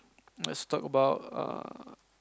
let's talk about err